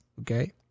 Okay